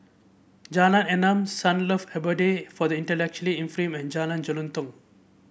Jalan Enam Sunlove Abode for the Intellectually Infirmed and Jalan Jelutong